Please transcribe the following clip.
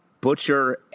Butcher